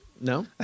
No